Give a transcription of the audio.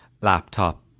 laptop